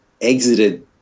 exited